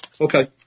Okay